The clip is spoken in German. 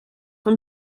ein